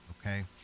okay